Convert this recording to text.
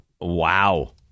Wow